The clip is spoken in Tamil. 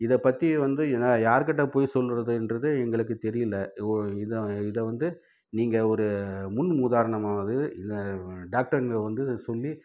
இதைப் பற்றி வந்து யார்க்கிட்ட சொல்கிறதுன்றது எங்களுக்குத் தெரியலை இதை வந்து நீங்கள் ஒரு முன் உதாரணமாவது இதை டாக்டருங்க வந்து சொல்லி